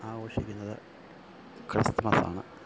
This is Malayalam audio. ആഘോഷിക്കുന്നത് ക്രിസ്മസ് ആണ്